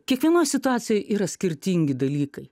kiekvienoj situacijoj yra skirtingi dalykai